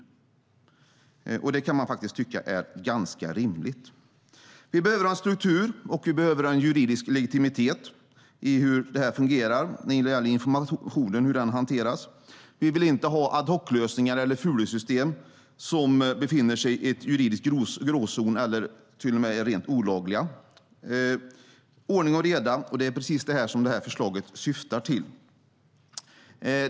Det kan man tycka är ganska rimligt. Vi behöver ha en struktur och en juridisk legitimitet när det gäller hur detta fungerar och hur informationen hanteras. Vi vill inte ha ad hoc-lösningar eller andra system som befinner sig i en juridisk gråzon eller till och med är rent olagliga. Vi vill ha ordning och reda, och det är precis det som detta förslag syftar till.